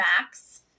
max